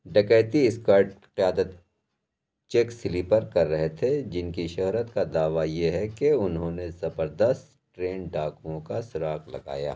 ڈکیتی اسکواڈ کی قیادت جیک سلیپر کر رہے تھے جن کی شہرت کا دعویٰ یہ ہے کہ انہوں نے زبردست ٹرین ڈاکوؤں کا سراغ لگایا